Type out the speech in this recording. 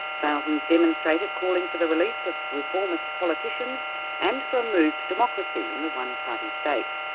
thousands demonstrated, calling for the release of reformist politicians and for a move to democracy in the one-party state.